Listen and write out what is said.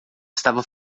estava